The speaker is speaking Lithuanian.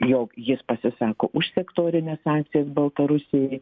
jog jis pasisako už sektorines sankcijas baltarusijai